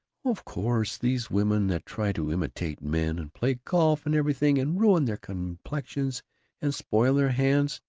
of course, these women that try to imitate men, and play golf and everything, and ruin their complexions and spoil their hands!